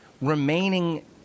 remaining